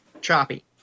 choppy